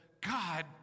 God